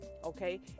Okay